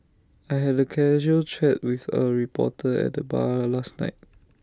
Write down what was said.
I had A casual chat with A reporter at the bar last night